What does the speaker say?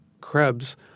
Krebs